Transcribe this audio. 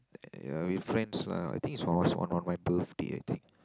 yeah with friends lah I think it's on on on my birthday I think